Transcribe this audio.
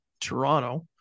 Toronto